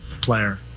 player